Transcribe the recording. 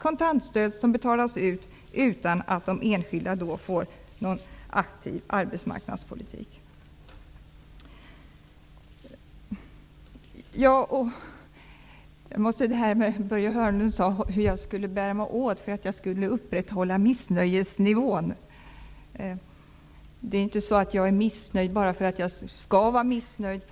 Kontantstödet betalas ut utan att de enskilda får del av någon aktiv arbetsmarknadspolitik. Börje Hörnlund talade om hur jag skulle bära mig åt för att upprätthålla missnöjesnivån. Jag är inte missnöjd bara för att jag skall vara missnöjd.